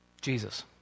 Jesus